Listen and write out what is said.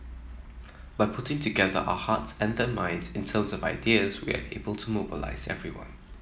by putting together our hearts and their minds in terms of ideas we are able to mobilise everyone